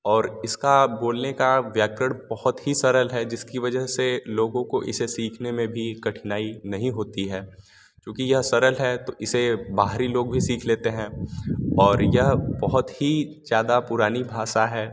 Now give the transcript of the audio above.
और इसका बोलने का व्याकरण बहुत ही सरल है जिसकी वजह से लोगों को इसे सिखने में भी कठिनाई नही होती है चूँकि यह सरल है तो इसे बाहरी लोग भी सीख लेते है और यह बहुत ही ज़्यादा पुरानी भाषा है